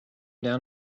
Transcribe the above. down